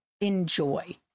Enjoy